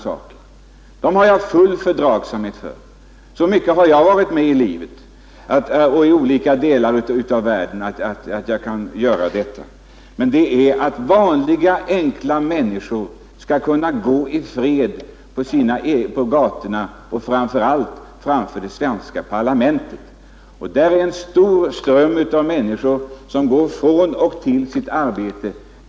Sådant har jag full fördragsamhet med. Så mycket har jag varit med om i livet och så mycket har jag sett i olika delar av världen att jag kan fördra det. Nej, här gäller det om vanliga, enkla människor skall kunna gå i fred på gatorna och framför det svenska parlamentet. Vi har här det mest frekventa området i hela Stockholm, där en jämn ström av människor går från och till sitt arbete.